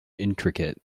intricate